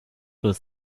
was